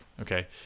okay